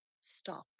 stop